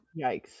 Yikes